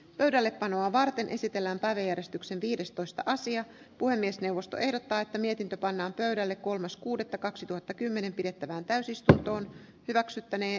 pöydälle panoa varten esitellään pääjäristyksen viides toista asia puhemiesneuvosto ehdottaa että mietintö pannaan pöydälle kolmas kuudetta kaksituhattakymmenen pidettävään täysistuntoon hyväksyttänee